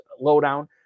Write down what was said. lowdown